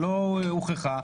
שלא הוכחה,